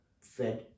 fed